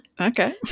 Okay